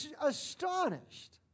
astonished